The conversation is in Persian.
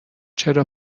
چرا